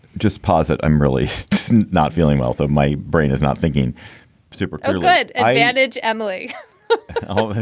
just posit i'm really not feeling well. so my brain is not thinking super kind of good ah adage. emily oh,